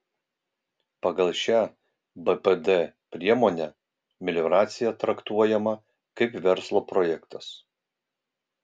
pagal šią bpd priemonę melioracija traktuojama kaip verslo projektas